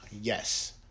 Yes